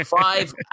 Five